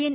N